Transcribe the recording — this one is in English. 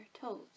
toes